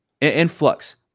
Influx